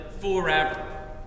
forever